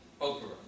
opera